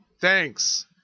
thanks